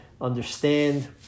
understand